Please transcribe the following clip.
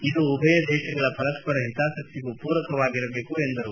ಇದು ಉಭಯ ದೇಶಗಳ ಪರಸ್ಪರ ಹಿತಾಸಕ್ತಿಗೂ ಪೂರಕವಾಗಿರಬೇಕು ಎಂದರು